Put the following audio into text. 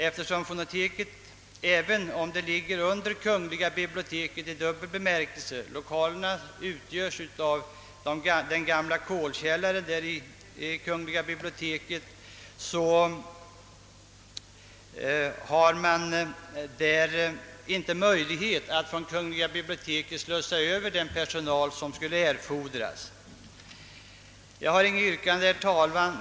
Trots att fonoteket ligger under kungl. biblioteket i dubbel bemärkelse — dess lokaler utgöres av bibliotekets gamla kolkällare — och är ett bihang till biblioteket kan man inte därifrån slussa över den för fonoteket erforderliga personalen. Jag har inte något yrkande, herr talman.